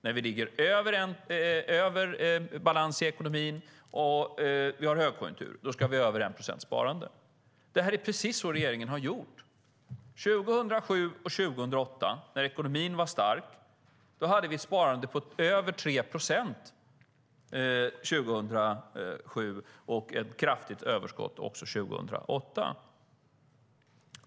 När vi ligger över balans i ekonomin och vi har högkonjunktur ska vi ha över 1 procents sparande. Det är precis så regeringen gjorde 2007 och 2008, då ekonomin var stark. År 2007 hade vi ett sparande på över 3 procent, och vi hade ett kraftigt överskott också 2008.